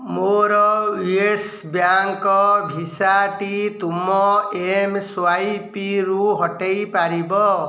ମୋର Yes Bank ଭିସାଟି ତୁମ ଏମ୍ସ୍ୱାଇପିରୁ ହଟାଇ ପାରିବ